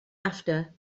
after